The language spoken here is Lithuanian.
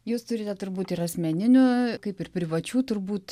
jūs turite turbūt ir asmeninių kaip ir privačių turbūt